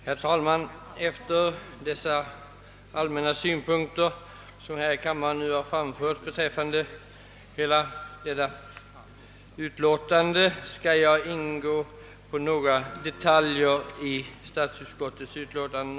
Herr talman! Under debatten har ju i stor utsträckning allmänna synpunkter anlagts på hela det föreliggande utlåtandet. För min del vill jag endast gå in på några detaljer.